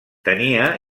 tenia